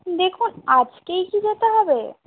দেখুন আজকেই কি যেতে হবে